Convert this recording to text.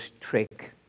trick